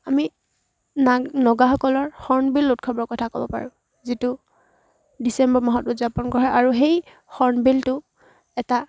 আমি নাগ নগাসকলৰ হৰ্ণবিল উৎসৱৰ কথা ক'ব পাৰোঁ যিটো ডিচেম্বৰ মাহত উদযাপন কৰে আৰু সেই হৰ্ণবিলটো এটা